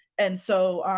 and so,